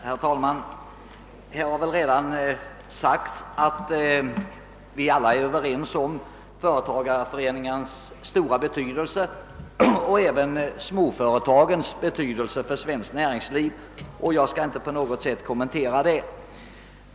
Herr talman! Det har väl redan sagts att vi alla är överens om företagareföreningarnas och småföretagens stora betydelse för svenskt näringsliv, och jag skall inte på något sätt kommentera detta.